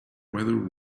weather